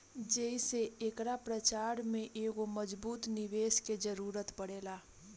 जेइसे एकरा प्रचार में एगो मजबूत निवेस के जरुरत पड़ेला